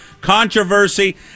Controversy